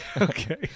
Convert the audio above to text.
okay